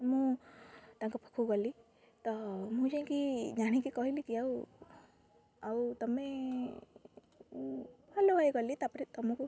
ମୁଁ ତାଙ୍କ ପାଖକୁ ଗଲି ତ ମୁଁ ଯାଇକି ଜାଣିକି କହିଲି କି ଆଉ ଆଉ ତୁମେ ହାଲୋ ହାଏ କଲି ତା'ପରେ ତୁମକୁ